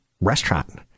restaurant